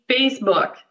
Facebook